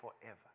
forever